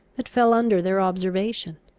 that fell under their observation.